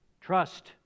Trust